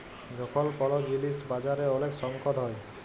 যখল কল জিলিস বাজারে ওলেক সংকট হ্যয়